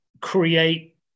create